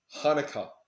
Hanukkah